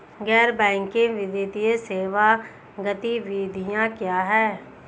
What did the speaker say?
गैर बैंकिंग वित्तीय सेवा गतिविधियाँ क्या हैं?